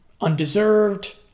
undeserved